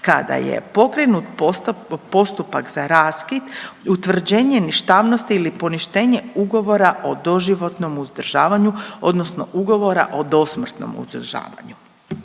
kada je pokrenut postupak za raskid, utvrđenje ništavnosti ili poništenje ugovora o doživotnom uzdržavanju odnosno ugovora o dosmrtnom uzdržavaju.